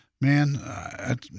man